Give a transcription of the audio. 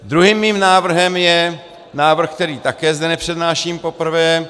Druhým mým návrhem je návrh, který zde také nepřednáším poprvé.